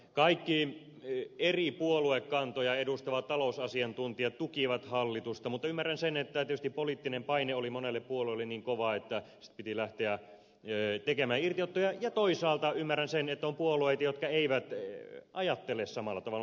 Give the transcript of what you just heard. kaikki eri puoluekantoja edustavat talousasiantuntijat tukivat hallitusta mutta ymmärrän sen että tietysti poliittinen paine oli monelle puolueelle niin kova että piti lähteä tekemään irtiottoja ja toisaalta ymmärrän sen että on puolueita jotka eivät ajattele samalla tavalla